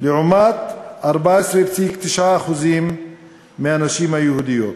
לעומת 14.9% מהנשים היהודיות.